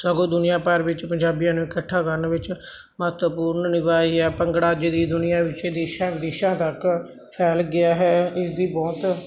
ਸਗੋਂ ਦੁਨੀਆ ਭਰ ਵਿੱਚ ਪੰਜਾਬੀਆਂ ਨੇ ਇਕੱਠਾ ਕਰਨ ਵਿੱਚ ਮਹੱਤਵਪੂਰਨ ਨਿਭਾਈ ਹੈ ਭੰਗੜਾ ਅੱਜ ਦੀ ਦੁਨੀਆ ਦੇਸ਼ਾ ਵਿਦੇਸ਼ਾਂ ਤੱਕ ਫੈਲ ਗਿਆ ਹੈ ਇਸ ਦੀ ਬਹੁਤ